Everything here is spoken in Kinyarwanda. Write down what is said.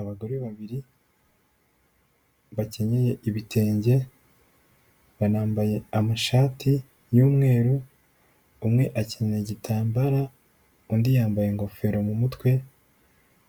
Abagore babiri bakenyeye ibitenge, banambaye amashati y'umweru, umwe akenyeye igitambara undi yambaye ingofero mu mutwe,